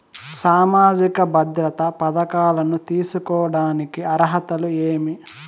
సామాజిక భద్రత పథకాలను తీసుకోడానికి అర్హతలు ఏమి?